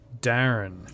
Darren